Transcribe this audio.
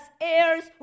heirs